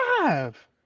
Five